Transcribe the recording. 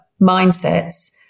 mindsets